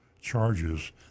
charges